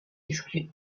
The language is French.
exclus